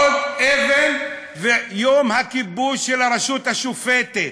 עוד אבן, ויום הכיבוש של הרשות השופטת,